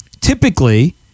typically